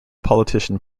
politician